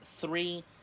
three